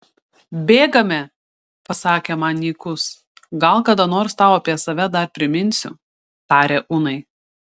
bėgame pasakė man nykus gal kada nors tau apie save dar priminsiu tarė unai